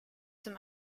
zum